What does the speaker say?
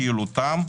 פעילותן,